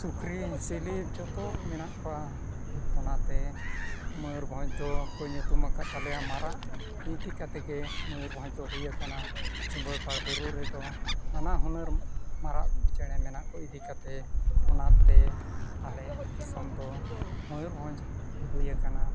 ᱥᱩᱠᱨᱤ ᱥᱤᱞᱤᱯ ᱡᱚᱛᱚ ᱠᱚ ᱢᱮᱱᱟᱜ ᱠᱚᱣᱟ ᱚᱱᱟᱛᱮ ᱢᱚᱭᱩᱨᱵᱷᱚᱸᱡᱽ ᱫᱚᱠᱚ ᱧᱩᱛᱩᱢ ᱠᱟᱜ ᱛᱟᱞᱮᱭᱟ ᱢᱟᱨᱟᱜ ᱤᱫᱤ ᱠᱟᱛᱮᱫ ᱜᱮ ᱢᱚᱭᱩᱨᱵᱷᱚᱸᱡᱽ ᱫᱚ ᱦᱩᱭ ᱠᱟᱱᱟ ᱥᱤᱢᱟᱹᱲᱯᱟᱲ ᱵᱩᱨᱩ ᱨᱮᱫᱚ ᱱᱟᱱᱟ ᱦᱩᱱᱟᱹᱨ ᱢᱟᱨᱟᱜ ᱪᱮᱬᱮ ᱢᱮᱱᱟᱜ ᱠᱚ ᱤᱫᱤ ᱠᱟᱛᱮᱫ ᱚᱱᱟᱛᱮ ᱟᱞᱮ ᱫᱤᱥᱚᱢ ᱫᱚ ᱢᱚᱭᱩᱨᱵᱷᱚᱸᱡᱽ ᱦᱩᱭ ᱠᱟᱱᱟ